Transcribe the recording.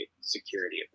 security